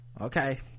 okay